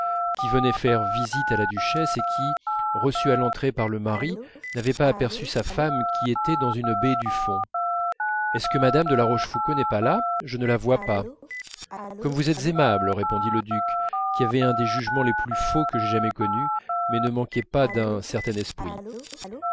qui venait faire visite à la duchesse et qui reçue à l'entrée par le mari n'avait pas aperçu sa femme qui était dans une baie du fond est-ce que madame de la rochefoucauld n'est pas là je ne la vois pas comme vous êtes aimable répondit le duc qui avait un des jugements les plus faux que j'aie jamais connus mais ne manquait pas d'un certain esprit